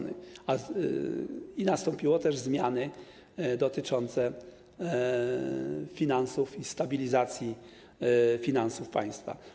Nastąpiły też zmiany dotyczące finansów i stabilizacji finansów państwa.